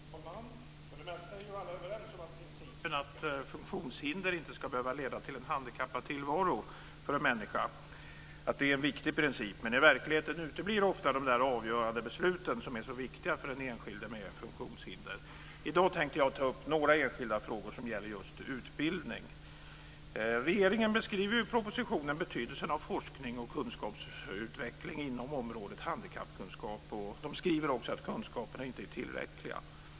Fru talman! För det mesta är alla överens om att principen att funktionshinder inte ska behöva leda till en handikappad tillvaro för en människa är viktig. Men i verkligheten uteblir ofta de där avgörande besluten som är så viktiga för den enskilde med funktionshinder. I dag tänkte jag ta upp några enskilda frågor som gäller just utbildning. Regeringen beskriver i propositionen betydelsen av forskning och kunskapsutveckling inom området handikappkunskap och skriver också att kunskaperna inte är tillräckliga.